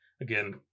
Again